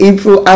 April